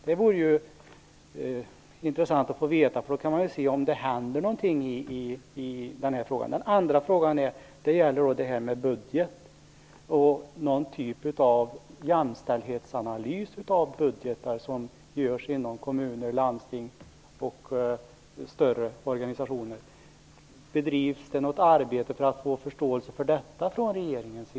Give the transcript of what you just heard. Det vore intressant att få veta, för på så vis kan man se om det händer något i det här sammanhanget.